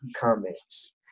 comments